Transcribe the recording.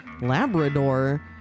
Labrador